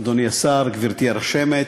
אדוני השר, גברתי הרשמת,